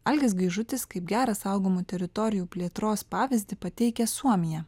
algis gaižutis kaip gerą saugomų teritorijų plėtros pavyzdį pateikia suomiją